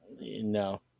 No